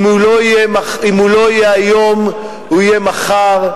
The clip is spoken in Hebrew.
אם הוא לא יהיה היום הוא יהיה מחר,